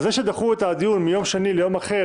אז זה שדחו את הדיון מיום שני ליום אחר,